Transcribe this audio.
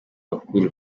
bakuru